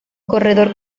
corredor